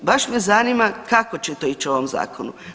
I baš me zanima kako će to ići u ovom zakonu.